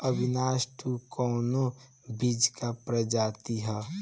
Avinash two कवने बीज क प्रजाति ह?